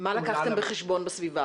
מה לקחתם בחשבון בסביבה?